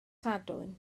sadwrn